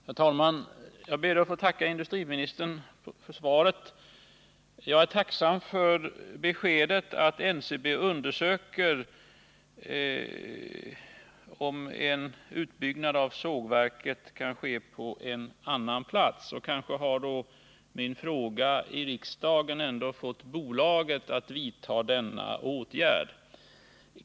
Herr talman! Jag ber att få tacka industriministern för svaret. Jag är tacksam för beskedet att NCB undersöker om en utbyggnad av sågverket kan ske på annan plats. Kanske har min fråga i riksdagen fått bolaget att vidta denna åtgärd.